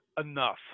enough